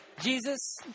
Jesus